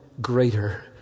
greater